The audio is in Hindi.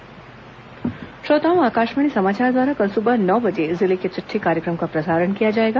जिले की चिट़ठी श्रोताओं आकाशवाणी समाचार द्वारा कल सुबह नौ बजे जिले की चिट्ठी कार्यक्रम का प्रसारण किया जाएगा